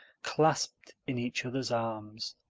clasped in each other's arms.